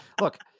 Look